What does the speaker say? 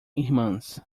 irmãs